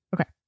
Okay